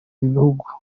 bihugu